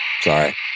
Sorry